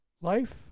life